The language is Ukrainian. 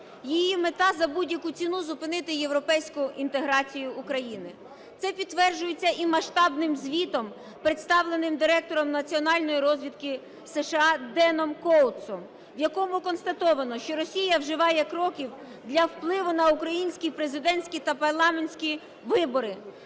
Її мета – за будь-яку ціну зупинити європейську інтеграцію України. Це підтверджується і масштабним звітом, представленим директором Національної розвідки США Деном Коутсом, в якому констатовано, що Росія вживає кроків для впливу на українські президентські та парламентські вибори,